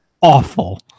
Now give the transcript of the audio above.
awful